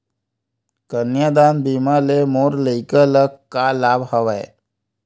कन्यादान बीमा ले मोर लइका ल का लाभ हवय?